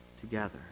together